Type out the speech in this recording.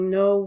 no